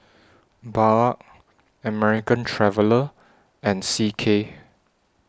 Bajaj American Traveller and C K